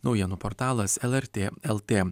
naujienų portalas lrt lt